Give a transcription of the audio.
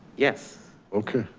yes. okay.